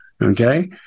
Okay